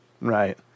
Right